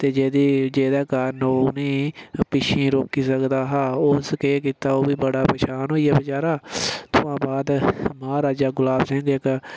ते जेह्दी जेह्दे कारण ओह् उ'नें ई पिच्छें रोकी सकदा हा उस केह् कीता ओह् बी बड़ा परेशान होई गेआ हा बचारा उत्थुआं बाद महाराजा गुलाब सिंह इक